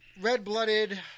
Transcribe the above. red-blooded